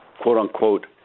quote-unquote